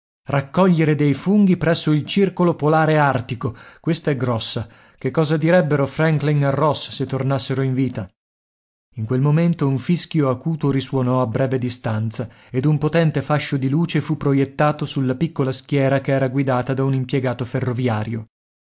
raccogliere dei funghi presso il circolo polare artico questa è grossa che cosa direbbero franklin e ross se tornassero in vita in quel momento un fischio acuto risuonò a breve distanza ed un potente fascio di luce fu proiettato sulla piccola schiera che era guidata da un impiegato ferroviario